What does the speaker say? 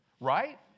Right